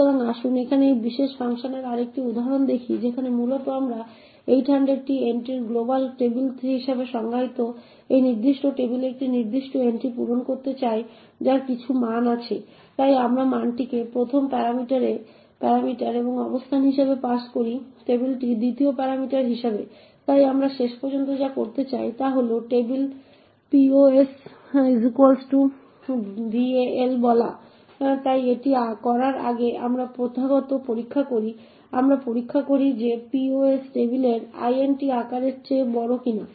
সুতরাং আসুন এখানে এই বিশেষ ফাংশনের আরেকটি উদাহরণ দেখি যেখানে মূলত আমরা 800টি এন্ট্রির গ্লোবাল টেবিল হিসাবে সংজ্ঞায়িত এই নির্দিষ্ট টেবিলে একটি নির্দিষ্ট এন্ট্রি পূরণ করতে চাই যার কিছু মান আছে তাই আমরা মানটিকে প্রথম প্যারামিটার এবং অবস্থান হিসাবে পাস করি টেবিলটি 2য় প্যারামিটার হিসাবে তাই আমরা শেষ পর্যন্ত যা করতে চাই তা হল টেবিলposval বলা তাই এটি করার আগে আমরা প্রথাগত পরীক্ষা করি আমরা পরীক্ষা করি যে pos টেবিলের int আকারের চেয়ে বড় কিনা